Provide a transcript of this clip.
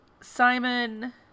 Simon